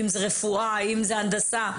רפואה או הנדסה.